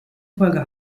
folge